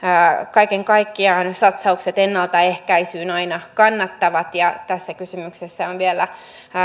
kaiken kaikkiaan satsaukset ennaltaehkäisyyn aina kannattavat ja tässä kysymyksessä on vielä